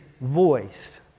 voice